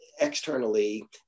externally